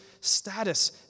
status